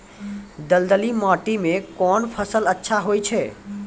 दलदली माटी म कोन फसल अच्छा होय छै?